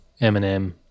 Eminem